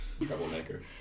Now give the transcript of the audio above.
Troublemaker